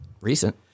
Recent